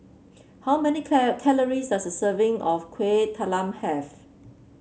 how many calories does a serving of Kueh Talam have